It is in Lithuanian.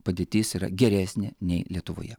padėtis yra geresnė nei lietuvoje